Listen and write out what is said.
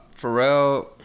Pharrell